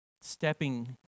stepping